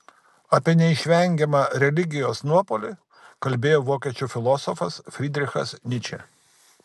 apie neišvengiamą religijos nuopuolį kalbėjo vokiečių filosofas frydrichas nyčė